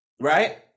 Right